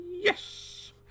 Yes